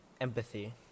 empathy